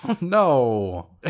no